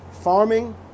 farming